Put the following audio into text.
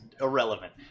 irrelevant